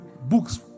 books